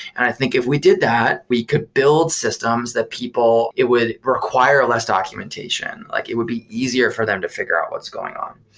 i think if we did that, we could build systems that people it would require less documentation. like it would be easier for them to figure out what's going on.